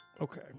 Okay